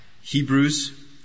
Hebrews